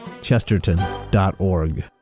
Chesterton.org